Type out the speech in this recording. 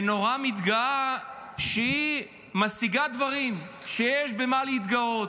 ונורא מיתגה שהיא משיגה דברים, שיש במה להתגאות.